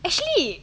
actually